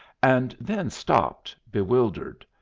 and then stopped, bewildered.